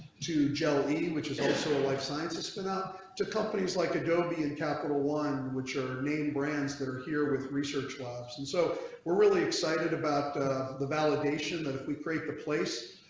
joey, which is also a life sciences spend up to companies like adobe in capital one which are name brands that are here with research labs. and so we're really excited about the validation that if we create the place.